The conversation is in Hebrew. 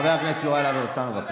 חבר הכנסת יוראי להב הרצנו, בבקשה.